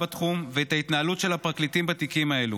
בתחום ואת ההתנהלות של הפרקליטים בתיקים האלו.